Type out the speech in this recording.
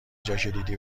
جاکلیدی